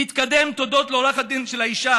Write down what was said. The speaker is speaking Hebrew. התקדם תודות לעורכת הדין של האישה,